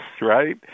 right